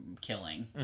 killing